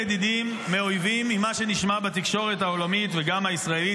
מאויבים ממה שנשמע בתקשורת העולמית וגם הישראלית,